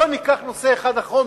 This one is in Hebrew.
בוא ניקח נושא אחד אחרון,